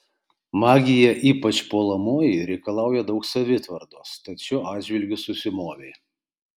magija ypač puolamoji reikalauja daug savitvardos tad šiuo atžvilgiu susimovei